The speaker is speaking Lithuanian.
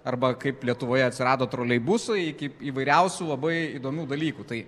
arba kaip lietuvoje atsirado troleibusai iki įvairiausių labai įdomių dalykų tai